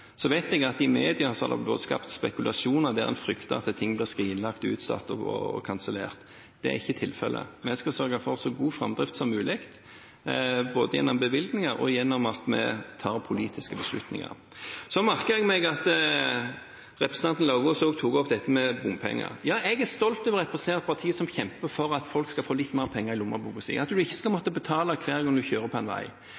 Så vet jeg at i media har det vært spekulasjoner der en frykter at ting blir skrinlagt, utsatt og kansellert. Det er ikke tilfellet. Vi skal sørge for så god framdrift som mulig, både gjennom bevilgninger og gjennom at vi tar politiske beslutninger. Så merker jeg meg at representanten Lauvås også tok opp dette med bompenger. Ja, jeg er stolt over å representere et parti som kjemper for at folk skal få litt mer penger i lommeboken sin, at en ikke skal